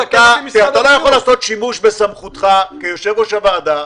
יתקן אותי משרד הבריאות.